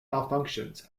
malfunctions